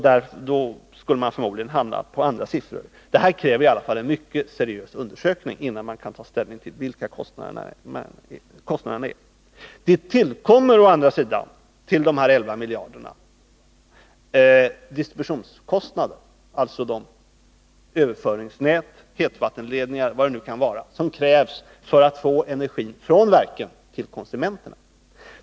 Då skulle man förmodligen hamna på andra siffror. Detta kräver i alla fall en mycket seriös undersökning innan man kan ta ställning till vilka kostnaderna är. Det tillkommer å andra sidan utöver dessa 11 miljarder distributionskostnader, alltså för de överföringsnät — hetvattenledningar eller vad det nu kan vara — som krävs för att få energin från verken till konsumenterna.